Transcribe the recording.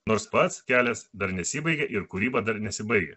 nors pats kelias dar nesibaigė ir kūryba dar nesibaigia